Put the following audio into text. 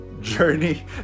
journey